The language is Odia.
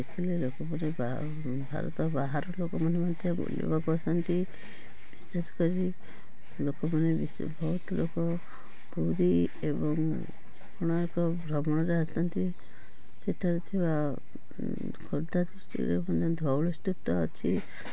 ଦେଖିଲେ ଲୋକମାନେ ଭା ଭାରତ ବାହାରୁ ଲୋକମାନେ ମଧ୍ୟ ବୁଲିବାକୁ ଆସନ୍ତି ବିଶେଷ କରି ଲୋକମାନେ ବିଶେ ବହୁତ ଲୋକ ପୁରୀ ଏବଂ କୋଣାର୍କ ଭ୍ରମଣରେ ଆସିଥାନ୍ତି ସେଠାରେ ଥିବା ଖୋର୍ଦ୍ଧା ଡିଷ୍ଟ୍ରିକ୍ଟରେ ମଧ୍ୟ ଧଉଳି ସ୍ଥିତ ଅଛି